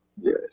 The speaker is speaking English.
Yes